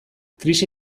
krisi